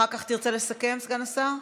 אחר כך תרצה לסכם, סגן השר?